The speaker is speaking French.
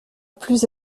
plus